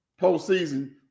postseason